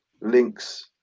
links